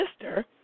sister